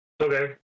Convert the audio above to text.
Okay